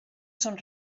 són